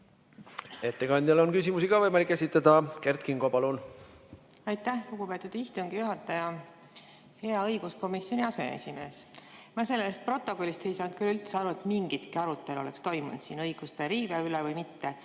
Ettekandjale on küsimusi ka võimalik esitada. Kert Kingo, palun! Aitäh, lugupeetud istungi juhataja! Hea õiguskomisjoni aseesimees! Ma sellest protokollist ei saanud küll üldse aru, et mingitki arutelu oleks toimunud õiguste riive üle. Ja siin